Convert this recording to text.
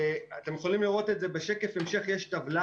אתם יכולים לראות את זה בשקף המשך, יש טבלה